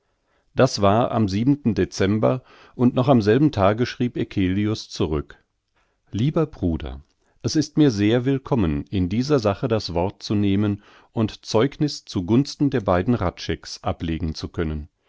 das war am dezember und noch am selben tage schrieb eccelius zurück lieber bruder es ist mir sehr willkommen in dieser sache das wort nehmen und zeugniß zu gunsten der beiden hradschecks ablegen zu können